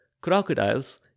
crocodiles